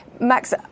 Max